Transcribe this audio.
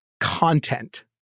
content